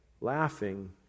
laughing